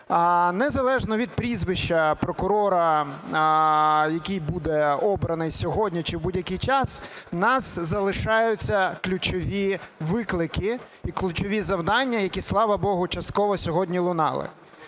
незалежно від прізвища прокурора, який буде обраний сьогодні чи в будь-який час, у нас залишаються ключові виклики і ключові завдання, які, слава богу, частково сьогодні лунали.